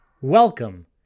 Welcome